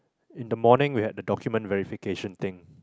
in the morning we had the document verification thing